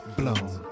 blown